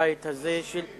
בבית הזה שלא